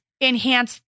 Enhance